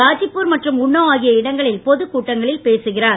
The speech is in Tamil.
காஜிப்பூர் மற்றும் உன்னோ ஆகிய இடங்களில் பொதுக் கூட்டங்களில் பேசுகிறார்